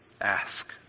ask